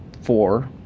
four